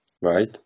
right